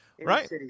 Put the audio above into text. Right